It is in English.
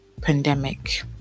pandemic